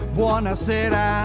buonasera